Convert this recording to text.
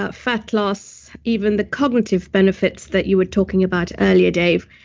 ah fat loss, even the cognitive benefits that you were talking about earlier, dave,